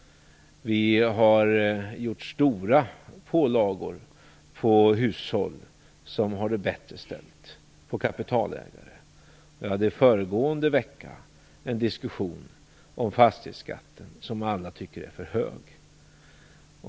Vi har lagt stora pålagor på hushåll som har det bättre ställt och på kapitalägare. Vi hade föregående vecka en diskussion om fastighetsskatten, som alla tycker är för hög.